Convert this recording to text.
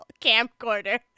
camcorder